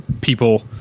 people